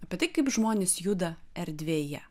apie tai kaip žmonės juda erdvėje